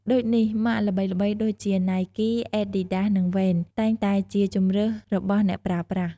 ដូចនេះ ម៉ាកល្បីៗដូចជា ណៃគី អែតឌីតដាសនិង វ៉េន តែងតែជាជម្រើសរបស់អ្នកប្រើប្រាស់។